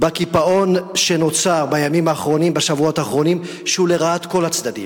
הקיפאון שנוצר בימים האחרונים ובשבועות האחרונים הוא לרעת כל הצדדים.